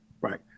right